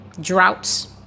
droughts